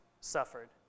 suffered